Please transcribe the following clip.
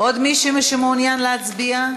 עוד מישהו שמעוניין להצביע?